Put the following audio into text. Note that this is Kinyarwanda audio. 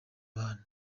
bantu